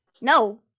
No